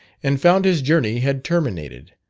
and found his journey had terminated,